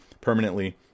permanently